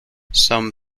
some